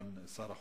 סגן שר החוץ.